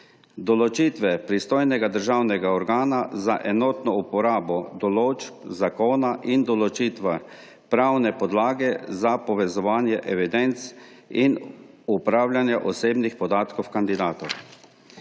določitve pristojnega državnega organa za enotno uporabo določb zakona in določitve pravne podlage za povezovanje evidenc in upravljanje osebnih podatkov kandidatov.